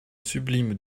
sublime